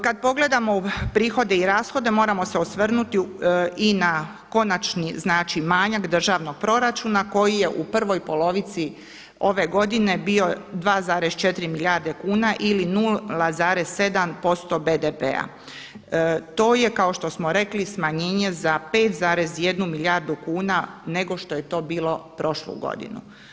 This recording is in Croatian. Kada pogledamo prihode i rashode moramo se osvrnuti i na konačni manjak državnog proračuna koji je u prvoj polovici ove godine bio 2,4 milijarde kuna ili 0,7% BDP-a. to je kao što smo rekli smanjenje za 5,1 milijardu kuna nego što je to bilo prošlu godinu.